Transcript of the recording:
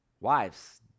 Wives